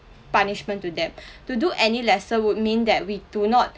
punishment to them to do any lesser would mean that we do not